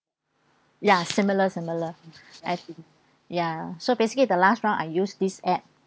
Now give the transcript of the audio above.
ya similar similar as in ya so basically the last round I use this app